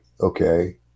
okay